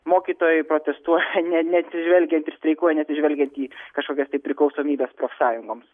mokytojai protestuoja ne neatsižvelgiant ir streikuoja neatsižvelgiant į kažkokias tai priklausomybes profsąjungoms